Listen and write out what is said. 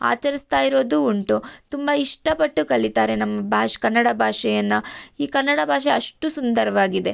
ಆಚರಿಸ್ತಾ ಇರೋದು ಉಂಟು ತುಂಬ ಇಷ್ಟ ಪಟ್ಟು ಕಲೀತಾರೆ ನಮ್ಮ ಭಾಷೆ ಕನ್ನಡ ಭಾಷೆಯನ್ನು ಈ ಕನ್ನಡ ಭಾಷೆ ಅಷ್ಟು ಸುಂದರವಾಗಿದೆ